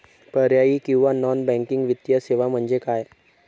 पर्यायी किंवा non banking वित्तीय सेवा म्हणजे काय?